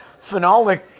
phenolic